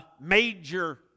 major